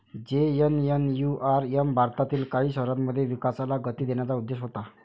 JNNURM भारतातील काही शहरांमध्ये विकासाला गती देण्याचा उद्देश होता